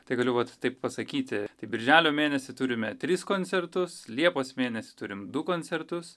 tai galiu vat taip pasakyti tai birželio mėnesį turime tris koncertus liepos mėnesį turim du koncertus